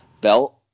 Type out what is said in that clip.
belt